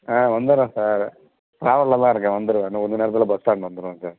ஆ வந்துடுறேன் சார் ட்ராவலில் தான் இருக்கேன் வந்துடுவேன் இன்னும் கொஞ்சம் நேரத்தில் பஸ் ஸ்டாண்டு வந்துடுவேன் அங்கே